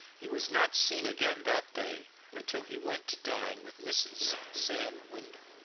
he was not seen again that day until he went to dine with mrs. sam wyndham.